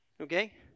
okay